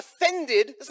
offended